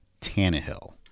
Tannehill